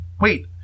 wait